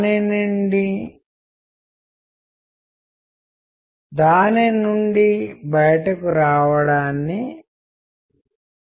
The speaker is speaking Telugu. ఈ సంక్లిష్టతల్లో కొన్ని సాఫ్ట్ స్కిల్స్కు ఎలా సంబంధించినవి మరియు సాఫ్ట్ స్కిల్స్ విషయంలో అవి ఎందుకు ముఖ్యమైనవి